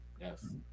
Yes